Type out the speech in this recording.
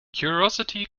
curiosity